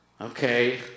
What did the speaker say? okay